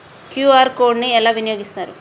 QR code ని ఎలా వినియోగిస్తారు?